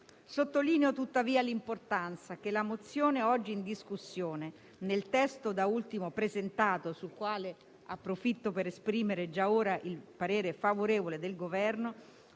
Sottolineo, tuttavia, l'importanza che la mozione oggi in discussione, nel testo da ultimo presentato - testo sul quale approfitto per esprimere fin da ora il parere favorevole del Governo